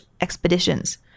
expeditions